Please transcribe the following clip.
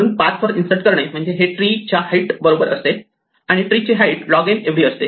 म्हणून पाथ वर इन्सर्ट करणे म्हणजेच हे ट्री च्या हाईट बरोबर असते आणि ट्री ची हाईट लॉग n एवढी असते